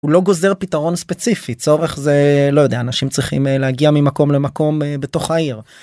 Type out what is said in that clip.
הוא לא גוזר פתרון ספציפי צורך זה לא יודע אנשים צריכים להגיע ממקום למקום בתוך העיר.